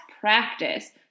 practice